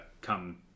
come